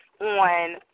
on